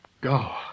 Go